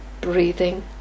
breathing